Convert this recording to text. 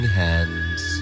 hands